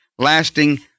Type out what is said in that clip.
lasting